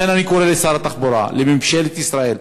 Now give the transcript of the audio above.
לכן אני קורא לשר התחבורה, לממשלת ישראל,